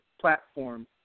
platform